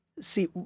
See